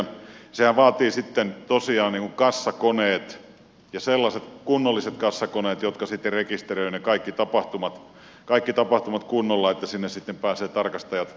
sehän vaatii sitten tosiaan kassakoneet ja sellaiset kunnolliset kassakoneet jotka sitten rekisteröivät ne kaikki tapahtumat kunnolla että sinne sitten pääsevät tarkastajat tarkastamaan asiat